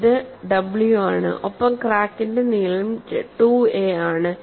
ഇത് W ആണ് ഒപ്പം ക്രാക്കിന്റെ നീളം 2a ആണ്